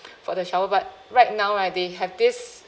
for the shower but right now ah they have this